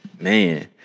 man